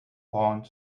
gaunt